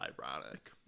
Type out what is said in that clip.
ironic